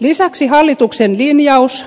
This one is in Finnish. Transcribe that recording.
lisäksi hallituksen linjaus